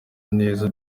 neza